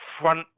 front